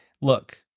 look